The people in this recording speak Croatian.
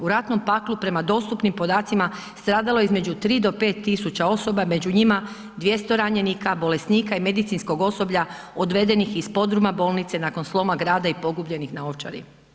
U ratnom paklu prema dostupnim podacima stradalo je između 3 do 5.000 osoba među njima 200 ranjenika, bolesnika i medicinskog osoblja odvedenih iz podruma bolnice nakon sloma grada i pogubljenih na Ovčari.